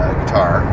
guitar